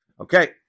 Okay